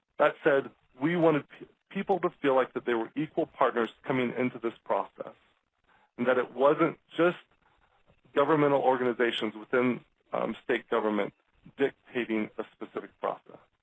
that said we wanted people to feel like they were equal partners coming into this process and that it wasn't just governmental organizations within state government dictating a specific process.